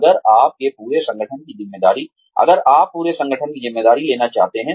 अगर आप पूरे संगठन की ज़िम्मेदारी लेना चाहते हैं